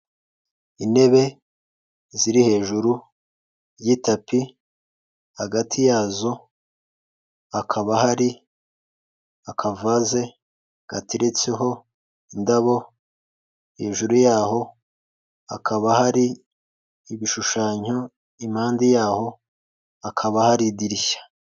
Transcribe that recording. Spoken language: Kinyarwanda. Intebe ziri hejuru y'itapi, hagati yazo hakaba hari akavaze gateretseho indabo, hejuru yaho hakaba hari ibishushanyo, impande yaho hakaba hari idirishya.